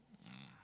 mm